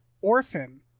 orphan